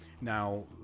now